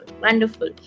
Wonderful